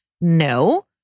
no